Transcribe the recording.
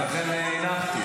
לכן הנחתי.